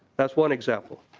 that's one example.